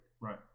Right